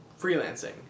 freelancing